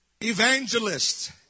evangelists